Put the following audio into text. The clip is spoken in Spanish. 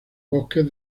bosques